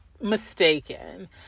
mistaken